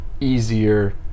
easier